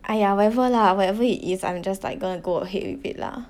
!aiya! whatever lah whatever it is I'm just like gonna go ahead with it lah